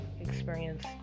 experience